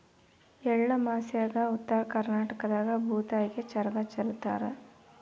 ಎಳ್ಳಮಾಸ್ಯಾಗ ಉತ್ತರ ಕರ್ನಾಟಕದಾಗ ಭೂತಾಯಿಗೆ ಚರಗ ಚೆಲ್ಲುತಾರ